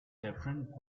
different